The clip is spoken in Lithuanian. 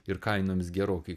ir kainomis gerokai